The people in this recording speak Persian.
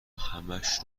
همش